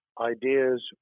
ideas